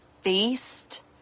feast